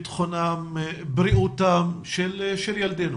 ביטחונם ובריאותם של ילדינו.